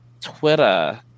Twitter